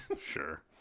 Sure